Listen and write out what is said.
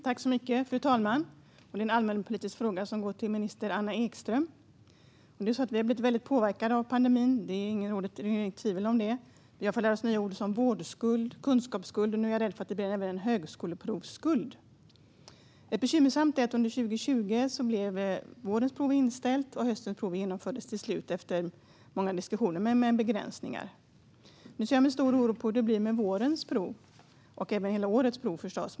Fru talman! Jag har en allmänpolitisk fråga som går till utbildningsminister Anna Ekström. Vi har blivit väldigt påverkade av pandemin; det är inget tvivel om det. Vi har fått lära oss nya ord som vårdskuld och kunskapsskuld. Nu är jag rädd för att det blir även en högskoleprovsskuld. Det är bekymmersamt att under 2020 blev vårens prov inställda, och höstens prov genomfördes till slut efter många diskussioner men med begränsningar. Nu ser jag med stor oro på hur det blir med vårens prov och förstås även med hela årets prov.